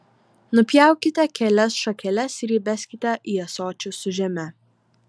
nupjaukite kelias šakeles ir įbeskite į ąsočius su žeme